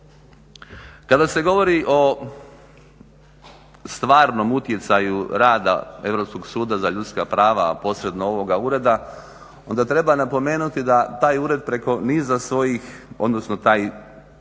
Kada se govori o stvarnom utjecaju rada Europskog suda za ljudska prava, a posredno ovoga ureda, onda treba napomenuti da taj ured preko niza svojih odnosno taj uopće